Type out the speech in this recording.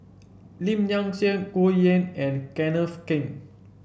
Lim Nang Seng Goh Yihan and Kenneth Keng